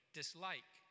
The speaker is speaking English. dislike